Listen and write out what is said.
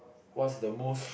what's the most